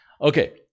Okay